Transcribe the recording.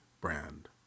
brand